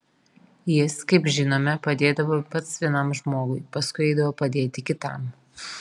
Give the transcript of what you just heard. jis kaip žinome padėdavo pats vienam žmogui paskui eidavo padėti kitam